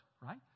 right